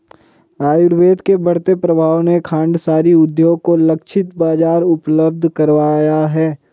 आयुर्वेद के बढ़ते प्रभाव ने खांडसारी उद्योग को लक्षित बाजार उपलब्ध कराया है